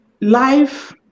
Life